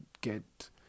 get